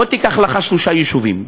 בוא תיקח לך שלושה יישובים,